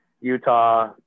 Utah